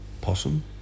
Possum